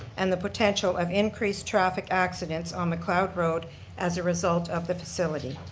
and the potential of increased traffic accidents on mcleod road as a result of the facility.